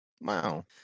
Wow